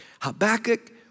Habakkuk